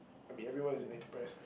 I mean everyone is an express